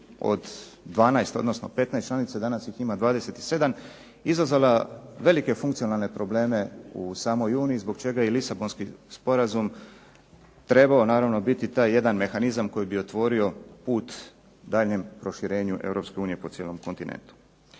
od 12, odnosno 15 članica, danas ih ima 27, izazvala velike funkcionalne probleme u samoj uniji zbog čega i Lisabonski sporazum trebao naravno biti taj jedan mehanizam koji bi otvorio put daljnjem proširenju Europske unije po cijelom kontinentu.